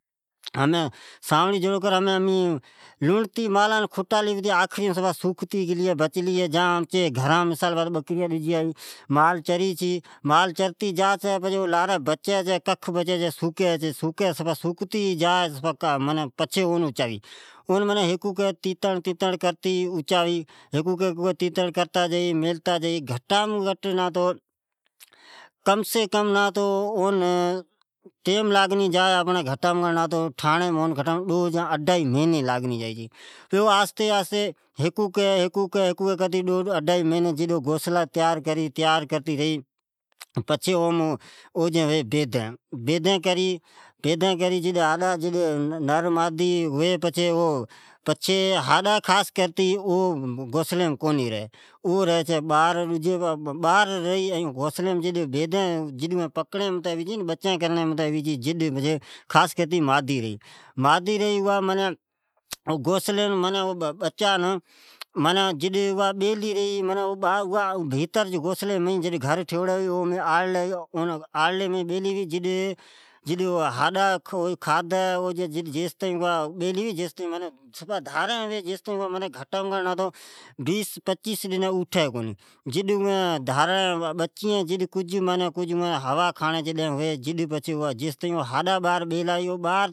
ساوڑی جھڑوکرھمین لڑتی کھٹالی جڈ سوکتی گلی ہےیا بچتی جا چھی جڈ امین گھریم بکریا ڈجیا ھی مالان ناکھون چھون پچھی ککھ بچی چھی جڈ سفا سوکتی جا چھی جڈ سوکوڑی ساوڑی جی تینتڑتینتڑکرتے اچاتا جائی میلتا جائی، گھٹ مہ گھٹ نتو مایجے کیال مین، کم سی کم اون ٹائیم لاگھی چھے گھٹام گھٹ دو یا اڈائی مھنی لاگھنی جا چھئ ، ھیکوکی ھیکوکی کرتی ٹھاوی جڈ او گھوسلا تیار کری رھے پچھے اوجی ھوی بیدین کرین نر این مادی ھوی چھی پچھے ھاڈا خاس او گھوسلیم کونی رھ او بار رھی بیدین تیار ھوی چھی اوس کرتی مادی۔ جڈ اوا معنی رھی جڈ بیدین پکتے تیار ھوہ تو پچھے اوم ھری بچین پچھے جیستان اوین بچین موٹی نا ھوی تیستائین اوا آرلی سی بار کونی جا جڈ اوین ھوا کھاڑین جڈین نہ ھوی تیستائین اوا بیس پچیس ڈنین بیلی ریئی، ھاڈا بار بیلا ھوی،